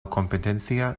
competencia